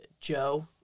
Joe